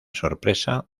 sorpresa